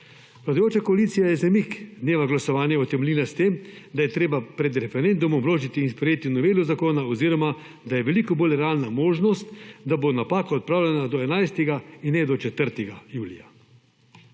Vladajoča koalicija je zamik dneva glasovanja utemeljila s tem, da je treba pred referendumom vložiti in sprejeti novelo zakona oziroma da je veliko bolj realna možnost, da bo napaka odpravljena do 11. in ne do 4. julija.